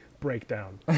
breakdown